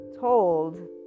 told